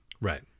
Right